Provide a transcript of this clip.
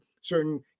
certain